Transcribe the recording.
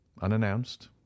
unannounced